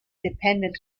dependent